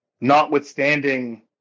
notwithstanding